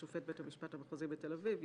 שופט בית המשפט המחוזי בתל-אביב,